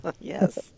Yes